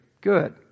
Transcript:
Good